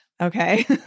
Okay